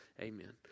Amen